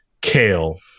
Kale